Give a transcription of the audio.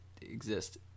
exist